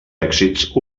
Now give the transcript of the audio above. èxits